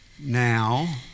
now